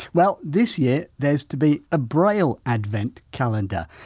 well this year, there's to be a braille advent calendar,